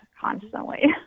constantly